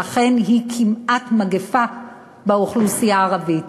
שאכן היא כמעט מגפה באוכלוסייה הערבית.